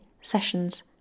sessions